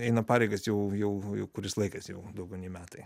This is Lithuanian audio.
eina pareigas jau jau jau kuris laikas jau daugiau nei metai